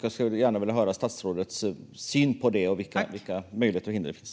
Jag skulle gärna vilja höra statsrådets syn på det och på vilka möjligheter och hinder som finns.